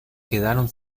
quedaron